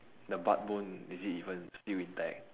the butt bone is it even still intact